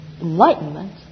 enlightenment